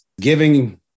giving